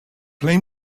play